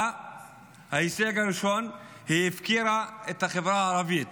ההישג הראשון, היא הפקירה את החברה הערבית,